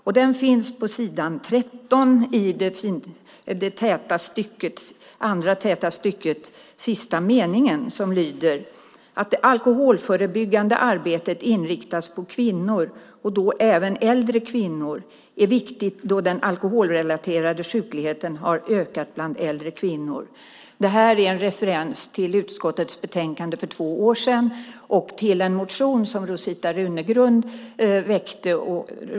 Frågan tas upp på s. 13 i det andra täta stycket, sista meningen: "Att det alkoholförebyggande arbetet inriktas på kvinnor, och då även äldre kvinnor, är viktigt då den alkoholrelaterade sjukligheten har ökat bland äldre kvinnor." Det här är en referens till utskottets betänkande för två år sedan och till en motion som Rosita Runegrund väckte.